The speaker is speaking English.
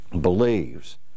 believes